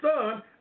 Son